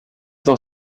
dans